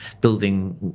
building